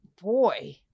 boy